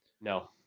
No